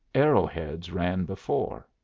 arrow-heads ran before.